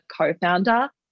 co-founder